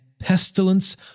pestilence